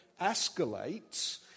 escalates